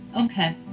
Okay